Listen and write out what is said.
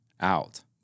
out